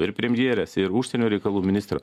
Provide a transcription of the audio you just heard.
ir premjerės ir užsienio reikalų ministro